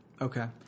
Okay